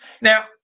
Now